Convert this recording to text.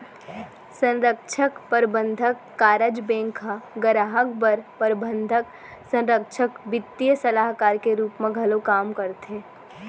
संरक्छक, परबंधक, कारज बेंक ह गराहक बर प्रबंधक, संरक्छक, बित्तीय सलाहकार के रूप म घलौ काम करथे